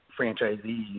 franchisees